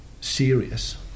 serious